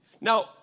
Now